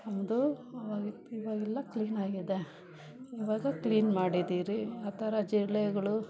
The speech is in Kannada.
ಹೌದು ಇವಾಗೆಲ್ಲ ಕ್ಲೀನಾಗಿದೆ ಇವಾಗ ಕ್ಲೀನ್ ಮಾಡಿದಿರಿ ಆ ಥರ ಜಿರಳೆಗಳು